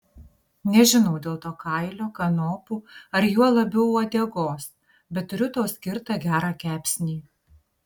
nežinau dėl to kailio kanopų ar juo labiau uodegos bet turiu tau skirtą gerą kepsnį